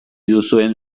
duzuen